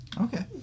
Okay